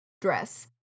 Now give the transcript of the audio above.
dress